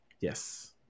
Yes